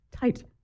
tight